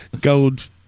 Gold